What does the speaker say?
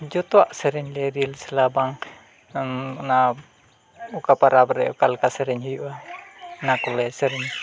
ᱡᱚᱛᱚᱣᱟᱜ ᱥᱮᱨᱮᱧ ᱞᱮ ᱨᱤᱭᱟᱹᱞ ᱥᱮᱞᱟ ᱵᱟᱝ ᱚᱱᱟ ᱚᱠᱟ ᱯᱟᱨᱟᱵᱽ ᱨᱮ ᱚᱠᱟ ᱞᱮᱠᱟ ᱠᱚ ᱥᱮᱨᱮᱧ ᱦᱩᱭᱩᱜᱼᱟ ᱚᱱᱟ ᱠᱚᱞᱮ ᱥᱮᱨᱮᱧᱟ